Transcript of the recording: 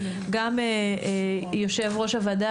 גם יושב ראש הוועדה,